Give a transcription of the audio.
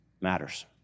matters